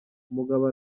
umugabo